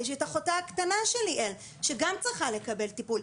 יש את אחותה הקטנה של ליאל, שגם צריכה לקבל טיפול.